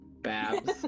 Babs